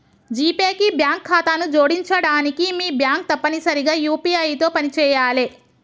GPay కి bank ఖాతాను జోడించడానికి మీ బ్యాంక్ తప్పనిసరిగా యూ.పీ.ఐ తో పనిచేయాలే